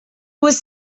was